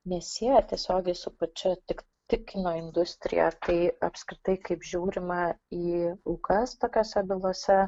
nesieja tiesiogiai su pačia tik tik kino industriją tai apskritai kaip žiūrima į aukas tokiose bylose